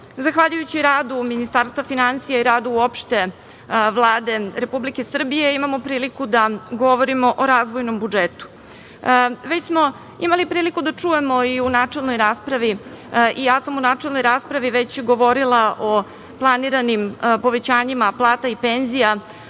zahvaljujući radu Ministarstva finansija i radu uopšte Vlade Republike Srbije imamo priliku da govorimo o razvojnom budžetu. Već smo imali priliku da čujemo i u načelnoj raspravi i ja sam u načelnoj raspravi već govorila o planiranim povećanjima plata i penzija,